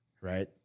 right